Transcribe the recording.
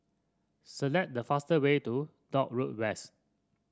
select the fast way to Dock Road West